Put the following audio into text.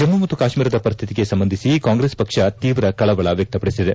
ಜಮ್ಮ ಮತ್ತು ಕಾಶ್ಮೀರದ ಪರಿಸ್ಥಿತಿಗೆ ಸಂಬಂಧಿಸಿ ಕಾಂಗ್ರೆಸ್ ಪಕ್ಷ ತೀವ್ರ ಕಳವಳ ವ್ಯಕ್ತಪಡಿಸಿದೆ